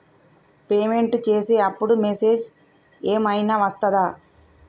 Payment చేసే అప్పుడు message ఏం ఐనా వస్తదా?